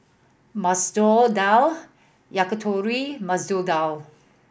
Masoor Dal Yakitori Masoor Dal